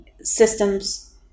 systems